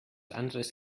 anderes